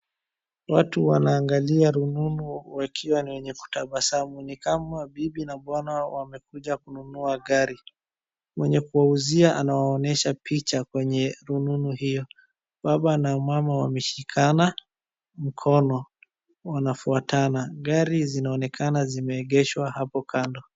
Watu wanaangalia rununu wakiwa ni wenye kutabasamu, ni kama bibi na bwana wamekuja kununua gari. Mwenye kuwauzia anawaonyesha picha kwenye rununu hiyo. Baba na mama wameshikana mkono wanafuatana. Gari zinaonekana zimeegeshwa hapo kando.